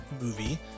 movie